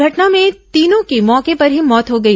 घटना में ॅतीनों की मौके पर ही मौत हो गई